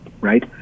right